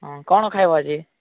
ହଁ କ'ଣ ଖାଇବ ଆଜି